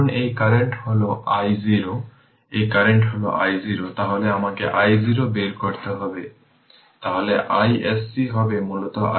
সুতরাং এটি এই এক্সপ্রেশন এর সাবস্টিটিউট v 1 3 এই এক্সপ্রেশনটি আসলে ফাংশন t এর সমস্ত ফাংশন